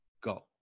go